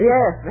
Yes